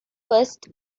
first